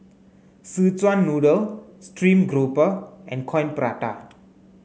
Szechuan noodle stream grouper and Coin Prata